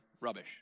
rubbish